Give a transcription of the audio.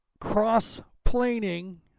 cross-planing